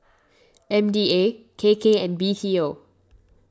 M D A K K and B T O